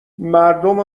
مردم